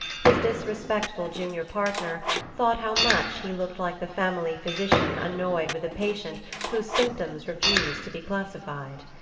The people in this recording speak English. his disrespectful junior partner thought how much he looked like the family physician annoyed with a patient whose symptoms refuse to be classified.